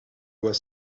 was